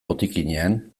botikinean